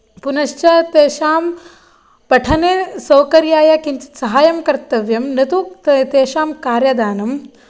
पुनश्च तेषां पठने सौकर्याय किञ्चित् साहाय्यं कर्तव्यं न तु तेषां कार्यदानम्